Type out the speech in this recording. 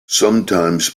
sometimes